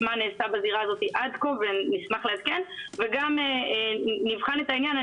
מה נעשה בזירה הזאת עד כה ונשמח לעדכן וגם נבחן את העניין,